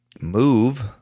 move